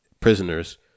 prisoners